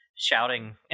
Shouting